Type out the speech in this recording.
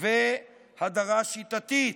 והדרה שיטתית.